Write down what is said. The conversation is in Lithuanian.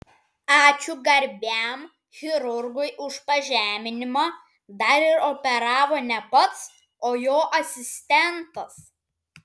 ačiū garbiam chirurgui už pažeminimą dar ir operavo ne pats o jo asistentas